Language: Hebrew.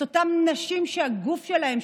את אותן נשים שהגוף שלהן,